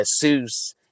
Jesus